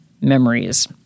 memories